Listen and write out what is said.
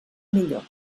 millor